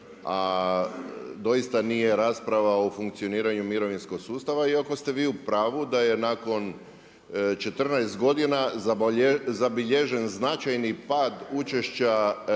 a doista nije rasprava o funkcioniranju mirovinskog sustava iako ste vi u pravu da je nakon 14 godina zabilježen značajni pad učešća